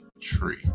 tree